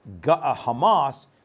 Hamas